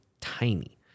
Tiny